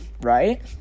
Right